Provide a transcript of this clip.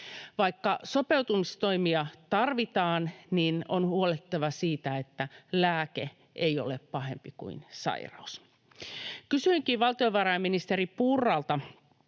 Vaikka sopeutustoimia tarvitaan, on huolehdittava siitä, että lääke ei ole pahempi kuin sairaus. Kysyinkin valtiovarainministeri Purralta